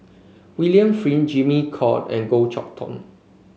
William Flint Jimmy Call and Goh Chok Tong